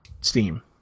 Steam